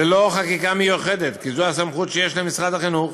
ללא חקיקה מיוחדת, כי זו הסמכות שיש למשרד החינוך.